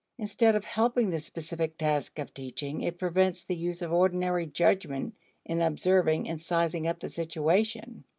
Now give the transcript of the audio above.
instead of helping the specific task of teaching, it prevents the use of ordinary judgment in observing and sizing up the situation.